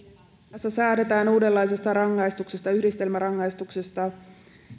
tässä säädetään uudenlaisesta rangaistuksesta yhdistelmärangaistuksesta